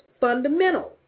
fundamental